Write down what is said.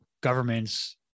governments